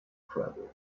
travel